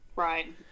right